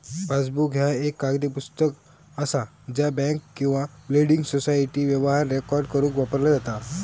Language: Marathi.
पासबुक ह्या एक कागदी पुस्तक असा ज्या बँक किंवा बिल्डिंग सोसायटी व्यवहार रेकॉर्ड करुक वापरला जाता